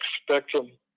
Spectrum